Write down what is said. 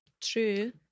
True